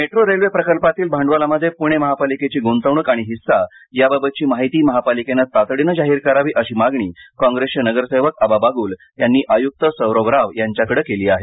metro railway प्रकल्पातील भांडवलामध्ये पुणे महापालिकेची गुंतवणूक आणि हिस्सा याबाबतची माहिती महापालिकेने तातडीने जाहीर करावी अशी मागणी काँग्रेसचे नगरसेवक आबा बागूल यांनी आयुक्त सौरव राव यांच्याकडे केली आहे